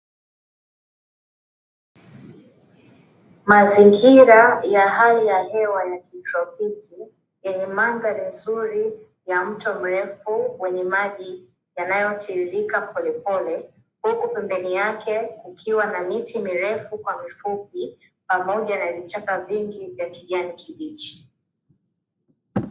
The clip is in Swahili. Mazingira ya hali ya hewa ya kitropiki yenye mandhari nzuri ya mto mrefu wenye maji yanayotiririka polepole. huku pembeni yake kukiwa na miti mirefu kwa mifupi pamoja na vichaka vingi vya kijani kibichi.